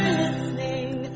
listening